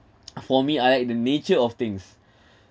for me I like the nature of things